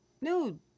No